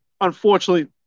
unfortunately